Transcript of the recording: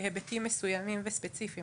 בהיבטים מסוימים וספציפיים.